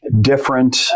different